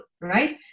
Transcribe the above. right